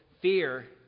fear